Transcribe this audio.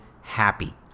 happy